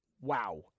Wow